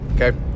Okay